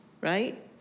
Right